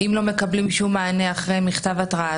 אם לא מקבלים שום מענה אחרי מכתב התראה,